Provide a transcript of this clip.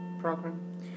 program